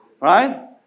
Right